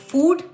Food